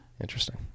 Interesting